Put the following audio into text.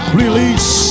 release